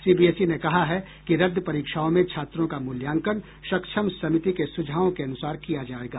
CBSE ने कहा है कि रद्द परीक्षाओं में छात्रों का मूल्यांकन सक्षम समिति के सुझावों के अनुसार किया जाएगा